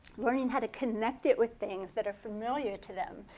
learning how to connect it with things that are familiar to them,